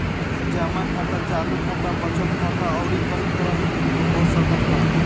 जमा खाता चालू खाता, बचत खाता अउरी कई तरही के हो सकत बाटे